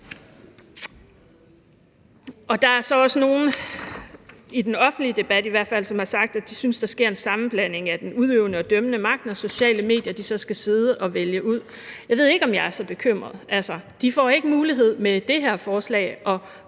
Der er så også nogle, i hvert fald i den offentlige debat, som har sagt, at de synes, der sker en sammenblanding af den udøvende og dømmende magt, når sociale medier skal sidde og vælge ud. Jeg ved ikke, om jeg er så bekymret. Altså, de får ikke mulighed for med det her forslag